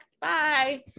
bye